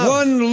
one